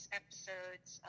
episodes